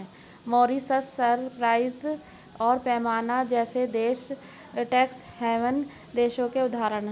Mauritius, Cyprus और Panama जैसे देश टैक्स हैवन देशों के उदाहरण है